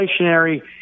inflationary